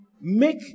make